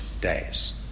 days